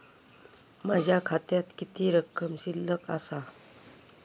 माझ्या खात्यात किती रक्कम शिल्लक आसा?